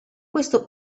questo